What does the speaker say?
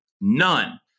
none